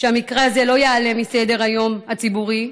שהמקרה הזה לא ייעלם מסדר-היום הציבורי,